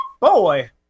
Boy